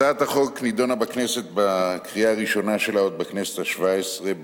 הצעת החוק נדונה בכנסת בקריאה הראשונה שלה עוד בכנסת השבע-עשרה,